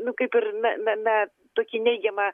nu kaip ir na na na tokį neigiamą